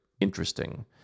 interesting